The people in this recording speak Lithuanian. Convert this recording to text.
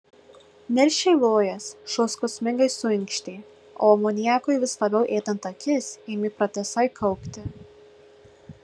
niršiai lojęs šuo skausmingai suinkštė o amoniakui vis labiau ėdant akis ėmė pratisai kaukti